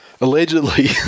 allegedly